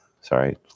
sorry